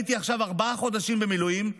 אם הייתי עכשיו ארבעה חודשים במילואים,